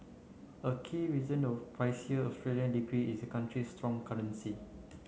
a key reason of pricier Australian degree is the country's strong currency